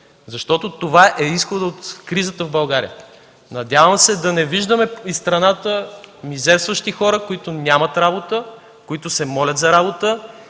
Защото това е изходът от кризата в България. Надявам се да не виждаме из страната мизерстващи хора, които нямат работа, които се молят за работа